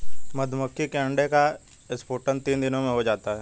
मधुमक्खी के अंडे का स्फुटन तीन दिनों में हो जाता है